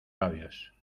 labios